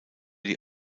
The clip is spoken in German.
die